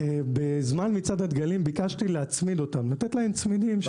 במצעד הדגלים ביקשתי לצמד אותם, לתת להם צמידים.